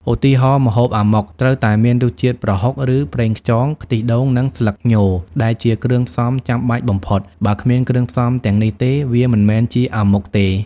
ឧទាហរណ៍ ម្ហូប អាម៉ុក ត្រូវតែមានរសជាតិប្រហុក ឬប្រេងខ្យង ខ្ទិះដូង និងស្លឹកញ ដែលជាគ្រឿងផ្សំចាំបាច់បំផុត បើគ្មានគ្រឿងផ្សំទាំងនេះទេ វាមិនមែនជាអាម៉ុកទេ។